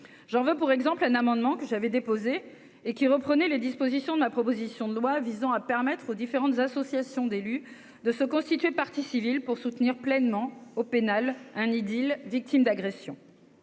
j'en veux pour exemple un amendement que j'avais déposée et qui reprenait les dispositions de la proposition de loi visant à permettre aux différentes associations d'élus, de se constituer partie civile pour soutenir pleinement au pénal un idylle victimes d'agressions.